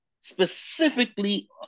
specifically